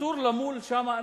אסור למול שם אנשים.